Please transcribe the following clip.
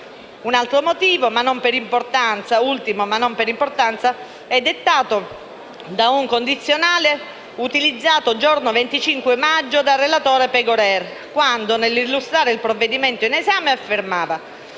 L'ultimo motivo - ma non per importanza - è dettato da un condizionale utilizzato il giorno 25 maggio dal relatore Pegorer, quando, nell'illustrare il provvedimento in esame, affermava